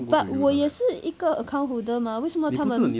but 我也是一个 account holder 吗为什么他们